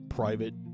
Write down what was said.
private